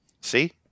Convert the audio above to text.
see